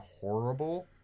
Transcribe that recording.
horrible